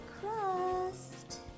crust